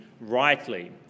rightly